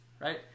right